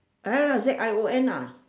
uh Z I O N ah